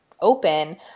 open